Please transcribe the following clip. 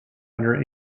under